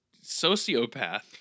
sociopath